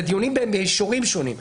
אלה דיונים במישורים שונים.